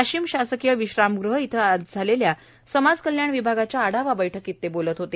वाशिम शासकीय विश्रामगृह इथं आज झालेल्या समाज कल्याण विभागाच्या आढावा बैठकीत ते बोलत होते